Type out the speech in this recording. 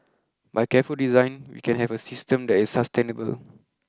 by careful design we can have a system that is sustainable